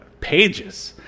pages